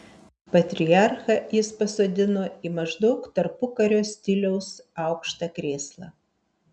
patriarchą jis pasodino į maždaug tarpukario stiliaus aukštą krėslą